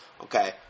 okay